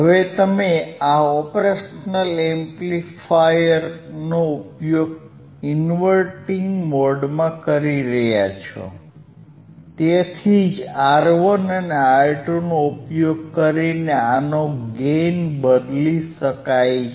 હવે તમે આ ઓપરેશનલ એમ્પ્લીફાયરનો ઉપયોગ ઇન્વર્ટીંગ મોડમાં કરી રહ્યા છો તેથી જ R1 અને R2નો ઉપયોગ કરીને આનો ગેઇન બદલી શકાય છે